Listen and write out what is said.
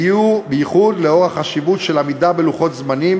בייחוד לאור החשיבות של עמידה בלוחות זמנים